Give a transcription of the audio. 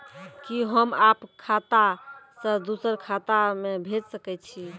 कि होम आप खाता सं दूसर खाता मे भेज सकै छी?